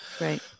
Right